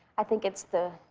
i think it's the,